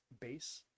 base